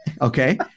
Okay